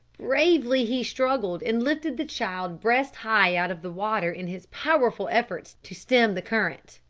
bravely he struggled, and lifted the child breast-high out of the water in his powerful efforts to stem the current.